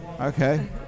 Okay